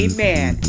Amen